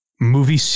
movie